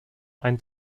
ein